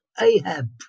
Ahab